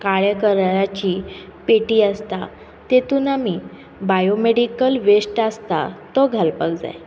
काळ्या कलराची पेटी आसता तेतून आमी बायोमेडीकल वेस्ट आसता तो घालपाक जाय